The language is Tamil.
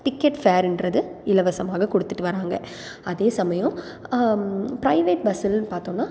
டிக்கெட் ஃபர்ன்றது இலவசமாக கொடுத்துட்டு வராங்க அதே சமயம் பிரைவேட் பஸ்ஸுன்னு பார்த்தோம்னா